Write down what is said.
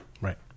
Right